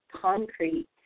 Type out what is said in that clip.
concrete